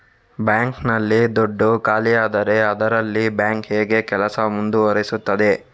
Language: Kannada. ಬ್ಯಾಂಕ್ ನಲ್ಲಿ ದುಡ್ಡು ಖಾಲಿಯಾದರೆ ಅದರಲ್ಲಿ ಬ್ಯಾಂಕ್ ಹೇಗೆ ಕೆಲಸ ಮುಂದುವರಿಸುತ್ತದೆ?